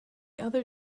other